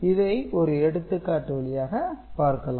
இதை ஒரு எடுத்துக் காட்டு வழியாக பார்க்கலாம்